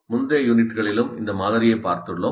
முந்தைய யூனிட்களிலும் இந்த மாதிரியைத் பார்த்துள்ளோம்